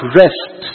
rest